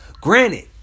Granted